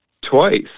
twice